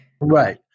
Right